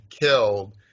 killed